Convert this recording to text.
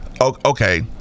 okay